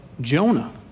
Jonah